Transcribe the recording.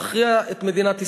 להכריע את מדינת ישראל?